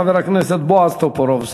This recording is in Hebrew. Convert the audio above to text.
חבר הכנסת בועז טופורובסקי.